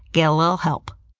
get a little help.